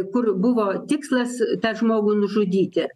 kur buvo tikslas tą žmogų nužudyti